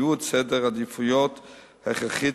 קביעת סדר עדיפויות הכרחית,